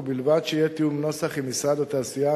ובלבד שיהיה תיאום נוסח עם משרד התעשייה,